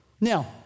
Now